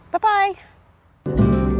bye-bye